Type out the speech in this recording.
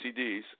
CDs